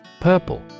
Purple